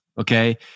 okay